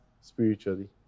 spiritually